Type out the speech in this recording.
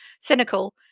cynical